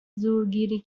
زورگیری